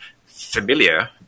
familiar